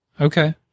Okay